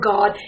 God